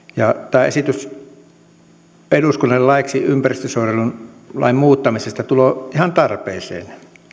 tämä esitys eduskunnalle laiksi ympäristösuojelulain muuttamisesta tulee ihan tarpeeseen